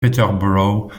peterborough